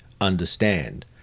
understand